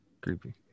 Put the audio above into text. Creepy